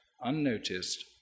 unnoticed